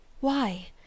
Why